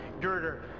girder